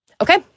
Okay